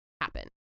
happen